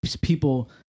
people